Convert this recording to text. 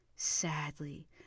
Sadly